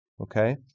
Okay